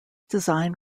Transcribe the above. design